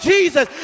Jesus